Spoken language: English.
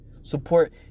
Support